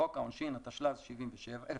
לחוק העונשין, התשל"ז-1977.